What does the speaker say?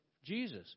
Jesus